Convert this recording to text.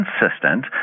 consistent